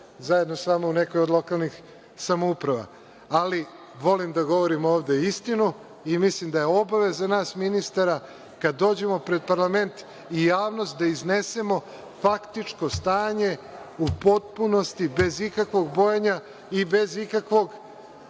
zajedno sa vama u nekoj od lokalnih samouprava. Volim da govorim ovde istinu i mislim da je obaveza nas ministara da kada dođemo pred parlament i javnost da iznesemo faktičko stanje bez ikakvog bojenja i bez ikakvog,